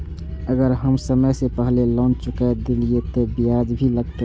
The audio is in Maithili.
अगर हम समय से पहले लोन चुका देलीय ते ब्याज भी लगते?